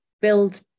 build